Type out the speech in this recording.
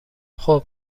خوب